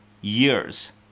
years